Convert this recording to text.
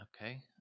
okay